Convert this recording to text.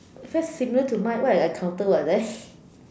it's very similar to mine what if I counter like that